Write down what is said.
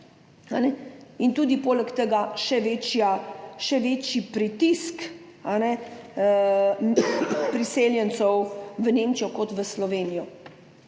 in poleg tega tudi še večji pritisk priseljencev v Nemčijo kot v Slovenijo.